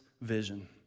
Vision